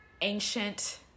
ancient